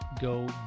go